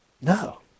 No